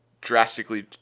drastically